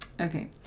Okay